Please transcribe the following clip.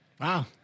Wow